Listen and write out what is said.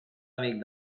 amic